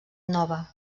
nova